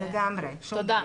תודה.